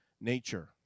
nature